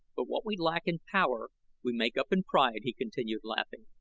but what we lack in power we make up in pride, he continued, laughing.